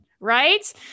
right